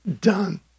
done